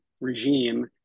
regime